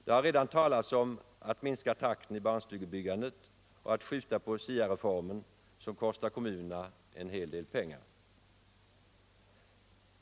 Det har redan talats om att minska takten i barnstugebyggandet och att skjuta på SIA reformen som kostar kommunerna en hel del pengar.